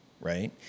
right